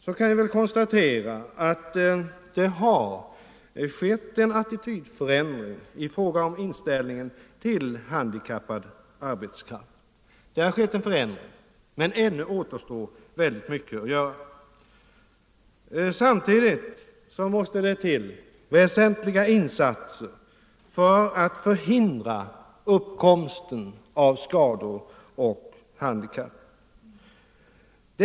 Det kan konstateras att det har skett en förändring i fråga om attityden till handikappad arbetskraft, men ännu återstår väldigt mycket att göra. Samtidigt måste det till väsentliga insatser för att förhindra uppkomsten av skador och handikapp.